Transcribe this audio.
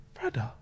Brother